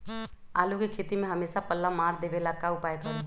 आलू के खेती में हमेसा पल्ला मार देवे ला का उपाय करी?